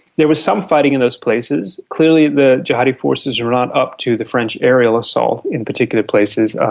there was some fighting in those places. clearly the jihadi forces are not up to the french aerial assault in particular places,